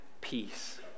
peace